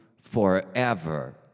forever